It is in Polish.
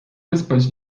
wyspać